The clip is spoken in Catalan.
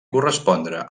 correspondre